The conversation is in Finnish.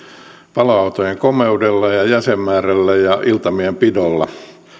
paloautojen komeudella ja ja jäsenmäärällä ja iltamien pidolla